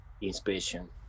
inspiration